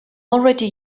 already